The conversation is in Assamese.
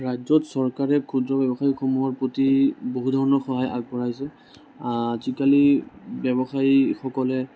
ৰাজ্যত চৰকাৰে ক্ষুদ্ৰ ব্যৱসায় সমূহৰ প্ৰতি বহু ধৰণৰ সহায় আগবঢ়াইছে আজিকালি ব্যৱসায়ীসকলে